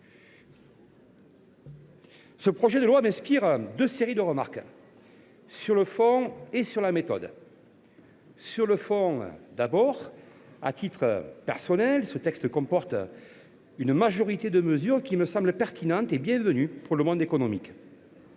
Ce projet de loi m’inspire deux séries de remarques, sur le fond et sur la méthode. Sur le fond, d’abord, et à titre personnel, je tiens à souligner que ce texte comporte une majorité de mesures qui me semblent pertinentes et bienvenues pour le monde économique.